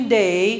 day